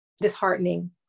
disheartening